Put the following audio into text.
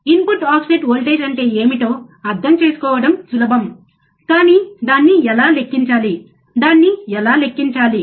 input offset voltage అంటే ఏమిటో అర్థం చేసుకోవడం సులభం కానీ దాన్ని ఎలా లెక్కించాలి దాన్ని ఎలా లెక్కించాలి